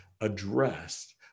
addressed